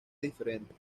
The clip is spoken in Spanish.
diferente